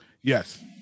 Yes